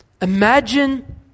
Imagine